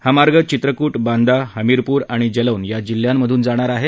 हा मार्ग चित्रकूट बांदा हमीरपूर आणि जलौन या जिल्ह्यांमधून जाणार आहे